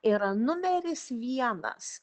yra numeris vienas